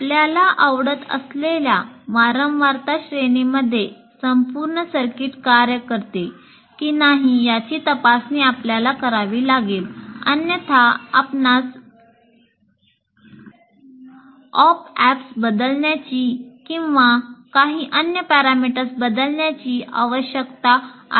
आपल्याला आवडत असलेल्या वारंवारता श्रेणीमध्ये संपूर्ण सर्किट कार्य करते की नाही याची तपासणी आपल्याला करावी लागेल अन्यथा आपणास ऑप अँप्स बदलण्याची किंवा काही अन्य पॅरामीटर्स बदलण्याची आवश्यकता आहे